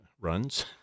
runs